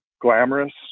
glamorous